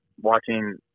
Watching